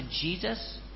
Jesus